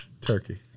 Turkey